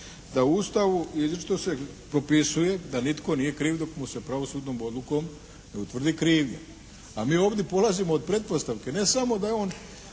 da u Ustavu izričito se propisuje da nitko nije kriv dok mu se pravosudnom odlukom ne utvrdi krivnja. A mi ovdje polazimo od pretpostavke. Ne samo da je on